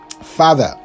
father